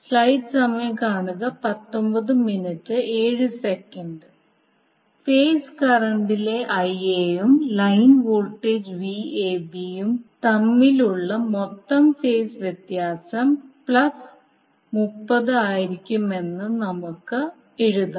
face കറണ്ടിലെ Ia ഉം line voltage Vab ഉം തമ്മിലുള്ള മൊത്തം ഫേസ് വ്യത്യാസം 30 ആയിരിക്കുമെന്ന് നമുക്ക് എഴുതാം